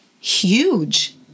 huge